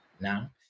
now